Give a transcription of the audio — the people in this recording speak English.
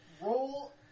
Roll